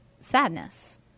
sadness